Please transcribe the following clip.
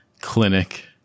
clinic